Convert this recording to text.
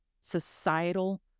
societal